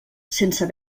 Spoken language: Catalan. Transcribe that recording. sense